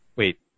Wait